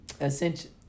essentially